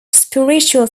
spiritual